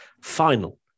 final